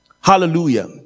Hallelujah